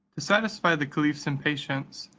to satisfy the caliph's impatience,